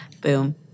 Boom